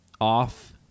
off